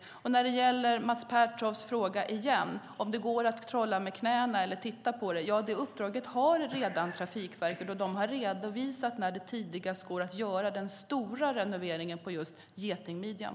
När det återigen gäller Mats Pertofts fråga om det går att trolla med knäna eller titta på detta har Trafikverket redan ett uppdrag och har redovisat när det tidigast går att göra den stora renoveringen av just getingmidjan.